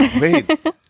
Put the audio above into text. Wait